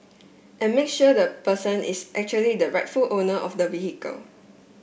and make sure the person is actually the rightful owner of the vehicle